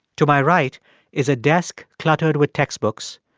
to my right is a desk cluttered with textbooks,